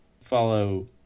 follow